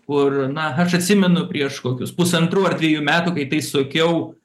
kur na aš atsimenu prieš kokius pusantrų ar dviejų metų kai tai sakiau